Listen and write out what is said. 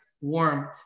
warm